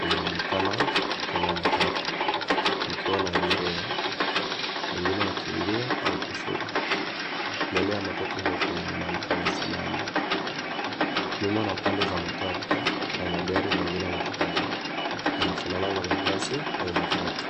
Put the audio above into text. Inaonekana kama matatu ikiwa na abiria, wengine wakiingia au kushuka. Maeneo ya matatu hiyo kuna mwanamke amesimama. Nyuma na pande za matatu, kuna magari mengine makubwa yanafanana na basi au matatu.